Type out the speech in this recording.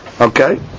okay